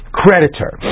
creditor